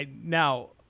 Now